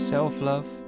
Self-love